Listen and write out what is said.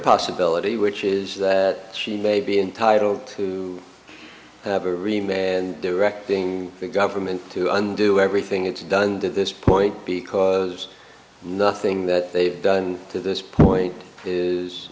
possibility which is that she may be entitled to have a remain and directing the government to undo everything it's done to this point because nothing that they've done to this point is